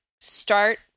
Start